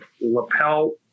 lapel